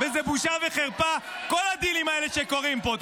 זה בושה וחרפה, כל הדילים האלה שקורים פה.